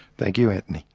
thank you antony.